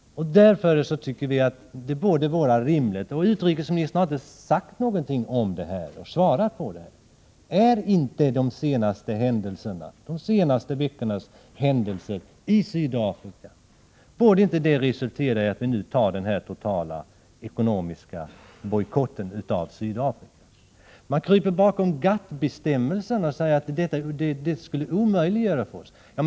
Därför tycker vi att det borde vara rimligt med en sådan ekonomisk bojkott. Men utrikesministern har inte sagt något om detta. Borde inte de senaste veckornas händelser i Sydafrika resultera i att vi börjar en total ekonomisk bojkott mot Sydafrika? Man kryper bakom GATT:s bestämmelser och säger att de skulle omöjliggöra en sådan bojkott.